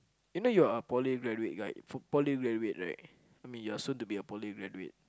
you know you are a poly graduate right poly graduate right I mean you're soon to be a poly graduate